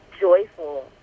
joyful